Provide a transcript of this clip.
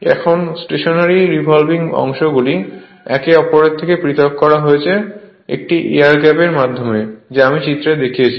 এখন stationary revolving অংশগুলি একে অপরের থেকে পৃথক করা হয়েছে একটি এয়ার গ্যাপ এর মাধ্যমে যা আমি চিত্রে দেখিয়েছি